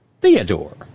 Theodore